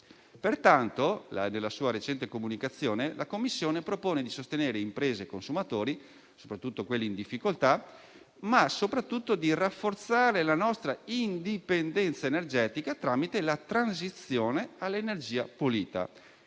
Pertanto, nella sua recente comunicazione, la Commissione propone di sostenere imprese e consumatori, in particolare quelli in difficoltà, ma soprattutto di rafforzare la nostra indipendenza energetica tramite la transizione all'energia pulita: